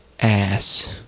ass